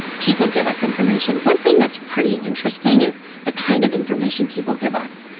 people give us information. one thing that's pretty interesting is the kind of information people give us.